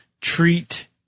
Treat